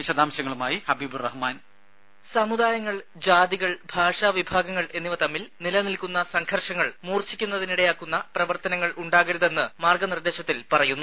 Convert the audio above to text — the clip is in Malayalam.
വിശദാംശങ്ങളുമായി ഹബീബ് റഹ്മാൻ ദ്ദേ സമുദായങ്ങൾ ജാതികൾ ഭാഷാ വിഭാഗങ്ങൾ എന്നിവ തമ്മിൽ നിലനിൽക്കുന്ന സംഘർഷങ്ങൾ മൂർച്ചിക്കുന്നതിനിടയാക്കുന്ന പ്രവർത്തനങ്ങൾ ഉണ്ടാകരുതെന്ന് മാർഗ നിർദ്ദേശത്തിൽ പറയുന്നു